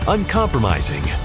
Uncompromising